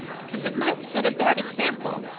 because it might set a bad example.